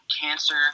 cancer